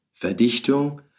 Verdichtung